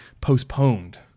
postponed